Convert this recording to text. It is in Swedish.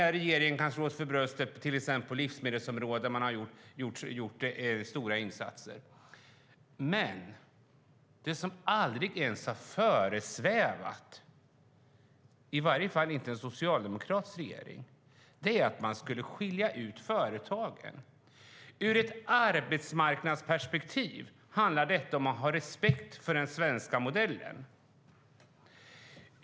Regeringen kan slå sig för bröstet på till exempel livsmedelsområdet, där den har gjort stora insatser. Det som aldrig ens har föresvävat någon, i varje fall inte en socialdemokratisk regering, är att man skulle skilja ut företagen. Ur ett arbetsmarknadsperspektiv handlar detta om att ha respekt för den svenska modellen.